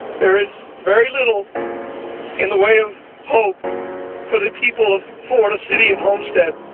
there is very little in the way of hope for the people of florida city and homestead.